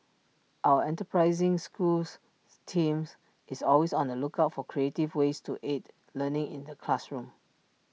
our enterprising schools teams is always on the lookout for creative ways to aid learning in the classroom